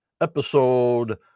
episode